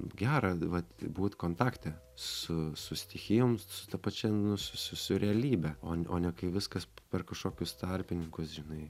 gera vat būt kontakte su su stichijom su ta pačia nu su su realybe o n o ne kai viskas per kašokius tarpininkus žinai